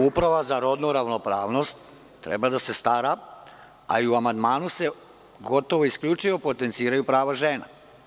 Uprava za rodnu ravnopravnost treba da se stara, a i u amandmanu se gotovo isključivo potenciraju prava žena.